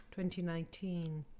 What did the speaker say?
2019